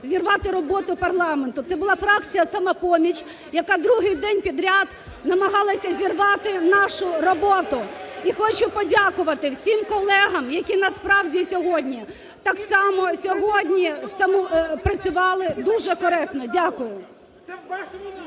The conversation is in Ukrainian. зірвати роботу парламенту. Це була фракція "Самопоміч", яка другий день підряд намагалася зірвати нашу роботу. І хочу подякувати всім колегам, які насправді сьогодні, так само сьогодні працювали дуже коректно. Дякую.